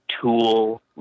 tool